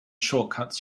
shortcuts